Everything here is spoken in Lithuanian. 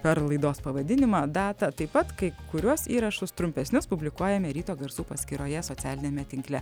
per laidos pavadinimą datą taip pat kai kuriuos įrašus trumpesnius publikuojame ryto garsų paskyroje socialiniame tinkle